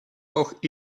auch